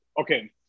okay